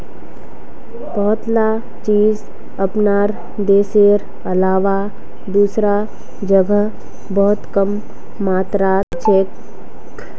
बहुतला चीज अपनार देशेर अलावा दूसरा जगह बहुत कम मात्रात हछेक